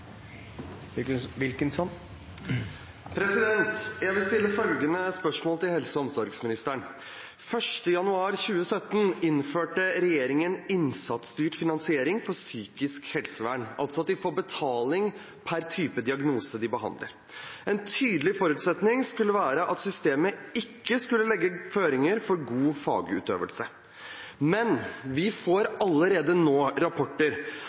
januar 2017 innførte regjeringen innsatsstyrt finansiering for psykisk helsevern. En tydelig forutsetning skulle være at systemet ikke skulle legge føringer for god fagutøvelse. Men vi får allerede rapporter